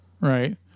right